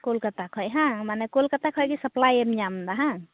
ᱠᱳᱞᱠᱟᱛᱟ ᱠᱷᱚᱱ ᱵᱟᱝ ᱢᱟᱱᱮ ᱠᱳᱞᱠᱟᱛᱟ ᱠᱷᱚᱡᱜᱮ ᱥᱟᱯᱞᱟᱭᱮᱢ ᱧᱟᱢ ᱮᱫᱟ ᱦᱮᱸᱼᱵᱟᱝ